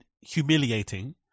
humiliating